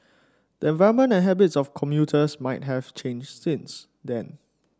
the environment and habits of commuters might have changed since then